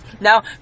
now